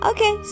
Okay